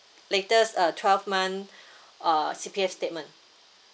letter uh twelve months C_P_F statement